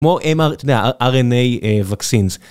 כמו, אתה יודע, RNA Vaccines.